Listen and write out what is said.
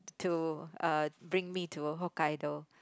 to uh bring me to Hokkaido